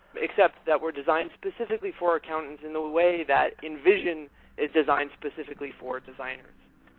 except that we're designed specifically for accounts in the way that envision is designed specifically for designers.